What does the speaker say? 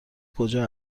کجا